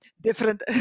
different